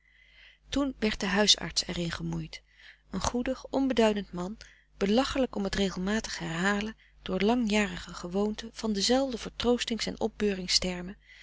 toen werd de huisarts er in gemoeid een goedig onbeduidend man belachelijk om het regelmatig herhalen door langjarige gewoonte van dezelfde vertroostingsen opbeurings termen